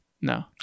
No